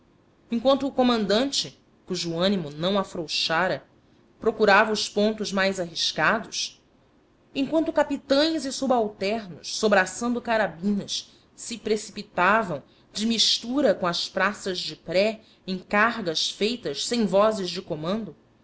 enquanto o comandante cujo ânimo não afrouxara procurava os pontos mais arriscados enquanto capitães e subalternos sobraçando carabinas se precipitavam de mistura com as praças de pré em cargas feitas sem vozes de comando